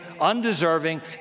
undeserving